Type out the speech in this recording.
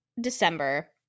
December